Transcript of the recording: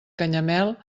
canyamel